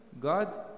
God